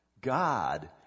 God